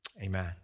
Amen